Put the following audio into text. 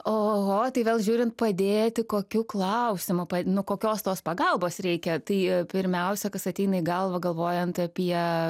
ohoho tai vėl žiūrint padėti kokiu klausimu nu kokios tos pagalbos reikia tai pirmiausia kas ateina į galvą galvojant apie